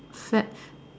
fact